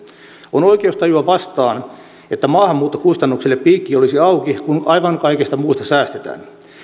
on oikeustajua vastaan että maahanmuuttokustannuksille piikki olisi auki kun aivan kaikesta muusta säästetään